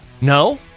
No